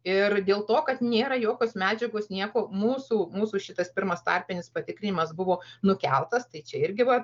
ir dėl to kad nėra jokios medžiagos nieko mūsų mūsų šitas pirmas tarpinis patikrinimas buvo nukeltas tai čia irgi vat